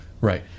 Right